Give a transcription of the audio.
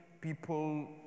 people